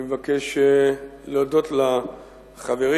אני מבקש להודות לחברים.